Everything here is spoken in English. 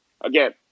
again